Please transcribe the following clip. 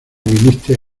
viniste